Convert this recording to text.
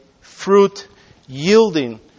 fruit-yielding